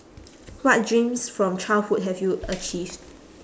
what dreams from childhood have you achieved